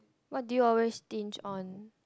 what do you always stinge on